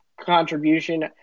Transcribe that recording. contribution